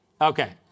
Okay